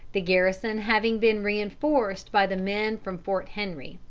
the garrison having been reinforced by the men from fort henry.